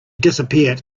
disappeared